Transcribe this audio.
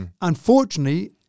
Unfortunately